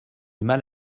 mal